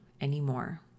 anymore